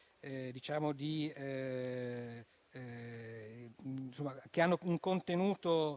prevedono, ad esempio,